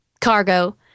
cargo